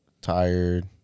Tired